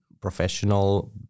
professional